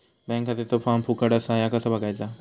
Bank खात्याचो form फुकट असा ह्या कसा बगायचा?